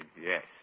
Yes